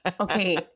okay